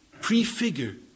prefigure